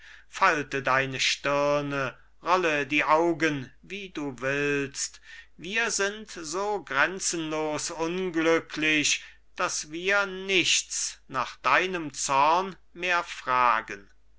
falte deine stirne rolle die augen wie du willst wir sind so grenzenlos unglücklich dass wir nichts nach deinem zorn mehr fragen